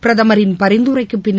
பிரதமரின் பரிந்துரைக்குப் பின்னர்